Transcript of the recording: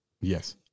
Yes